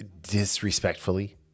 disrespectfully